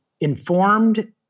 informed